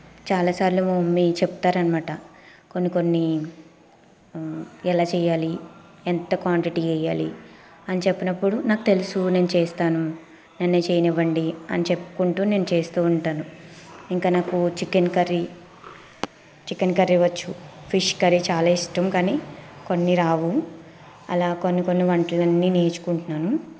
చాలాసార్లు మా మమ్మీ చెప్తారన్నమాట కొన్ని కొన్ని ఎలా చేయాలి ఎంత క్వాంటిటీ వెయ్యాలి అని చెప్పినప్పుడు నాకు తెలుసు నేను చేస్తాను నన్ను చేయనివ్వండి అని చెప్పుకుంటూ నేను చేస్తూ ఉంటాను ఇంక నాకు చికెన్ కర్రీ చికెన్ కర్రీ వచ్చు ఫిష్ కర్రీ చాలా ఇష్టం కానీ కొన్ని రావు అలా కొన్ని కొన్ని వంటలు అన్ని నేర్చుకుంటున్నాను